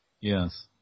Yes